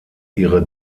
ihre